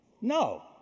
No